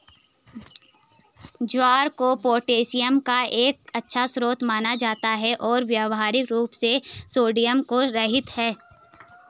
ज्वार को पोटेशियम का एक अच्छा स्रोत माना जाता है और व्यावहारिक रूप से सोडियम से रहित है